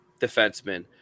defenseman